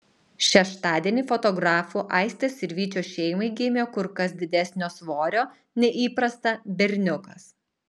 šeštadienį fotografų aistės ir vyčio šeimai gimė kur kas didesnio svorio nei įprasta berniukas